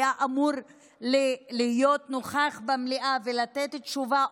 היה אמור להיות נוכח במליאה ולתת עליה תשובה,